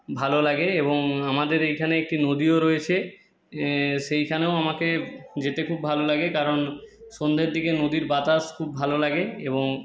ভালো লাগে এবং আমাদের এইখানে একটি নদীও রয়েছে সেইখানেও আমাকে যেতে খুব ভালো লাগে কারণ সন্ধ্যের দিকে নদীর বাতাস খুব ভালো লাগে এবং